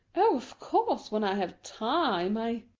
of course, when i have time, i